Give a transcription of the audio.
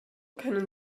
können